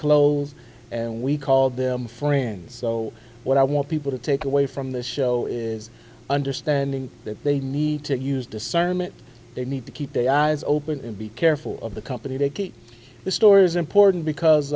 clothes and we call them friends so what i want people to take away from this show is understanding that they need to use discernment they need to keep a eyes open and be careful of the company they keep the stories important because